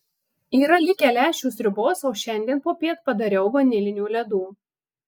yra likę lęšių sriubos o šiandien popiet padariau vanilinių ledų